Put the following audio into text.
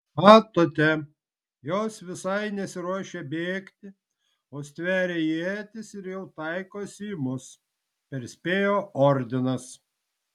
matote jos visai nesiruošia bėgti o stveria ietis ir jau taikosi į mus perspėjo ordinas